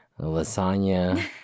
lasagna